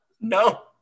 No